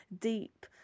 deep